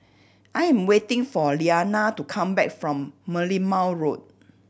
I am waiting for Lyana to come back from Merlimau Road